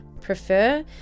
prefer